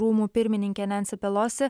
rūmų pirmininkė nensi pelosi